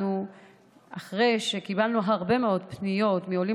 אחרי שקיבלנו הרבה מאוד פניות מעולים